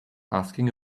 asking